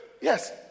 Yes